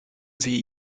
sie